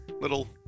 little